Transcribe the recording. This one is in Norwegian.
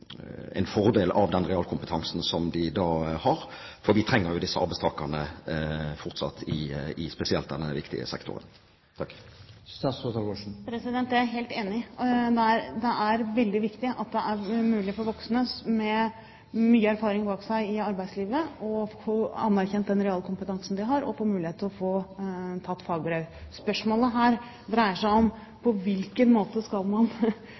fordel av den realkompetansen som de da har, for vi trenger fortsatt disse arbeidstakerne, spesielt i denne viktige sektoren. Det er jeg helt enig i. Det er veldig viktig at det er mulig for voksne med mye erfaring fra arbeidslivet å få anerkjent den realkompetansen de har, og å få mulighet til å ta fagbrev. Spørsmålet dreier seg om på hvilken måte man skal